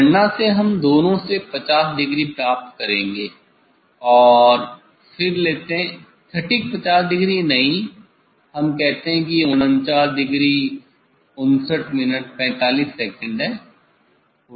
गणना से हम दोनों से 50 डिग्री प्राप्त करेंगे और फिर लेते हैं संदर्भ समय 1857 सटीक 50 डिग्री नहीं हम कहते है यह 49 डिग्री 59 मिनट 45 सेकंड हैं